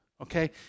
okay